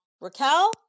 Raquel